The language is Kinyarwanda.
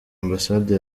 ambasade